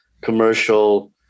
commercial